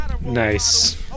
Nice